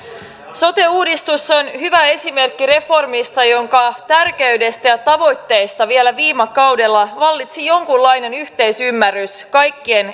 sote uudistus on hyvä esimerkki reformista jonka tärkeydestä ja tavoitteista vielä viime kaudella vallitsi jonkunlainen yhteisymmärrys kaikkien